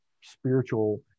spiritual